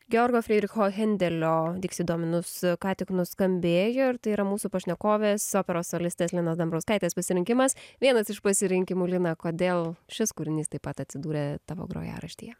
georgo frydricho hendelio dixit dominus ką tik nuskambėjo ir tai yra mūsų pašnekovės operos solistės linos dambrauskaitės pasirinkimas vienas iš pasirinkimų lina kodėl šis kūrinys taip pat atsidūrė tavo grojaraštyje